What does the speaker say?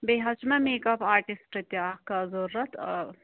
بیٚیہِ حظ چھُ مےٚمیٚکپ آٹسٹ تہِ اکھ ضوٚرَتھ